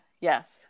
yes